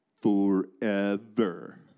Forever